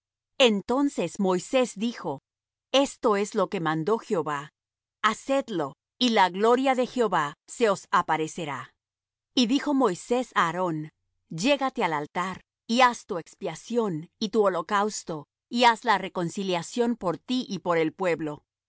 entonces moisés dijo esto es lo que mandó jehová hacedlo y la gloria de jehová se os aparecerá y dijo moisés á aarón llégate al altar y haz tu expiación y tu holocausto y haz la reconciliación por ti y por el pueblo